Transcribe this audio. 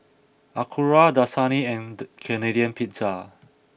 Acura Dasani and Canadian Pizza